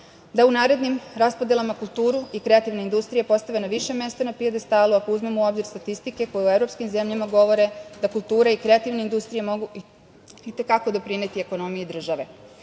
da u narednim raspodelama kultura i kreativna industrija postave na više mesta na pijadestalu ako uzmemo u obzir statistike koje u evropskim zemljama govore da kultura i kreativna industrija mogu i te kako doprineti ekonomiji države. Ne